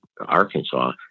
Arkansas